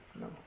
No